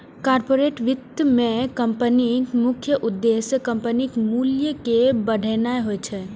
corporate वित्त मे कंपनीक मुख्य उद्देश्य कंपनीक मूल्य कें बढ़ेनाय होइ छै